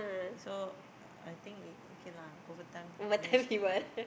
so I think it okay lah overtime manage to